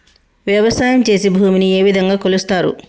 వ్యవసాయం చేసి భూమిని ఏ విధంగా కొలుస్తారు?